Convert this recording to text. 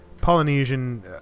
Polynesian